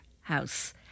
house